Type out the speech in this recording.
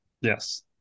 yes